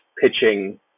pitching